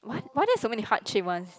what why are there so many heart shapes one